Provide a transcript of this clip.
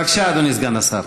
בבקשה, אדוני, סגן השר.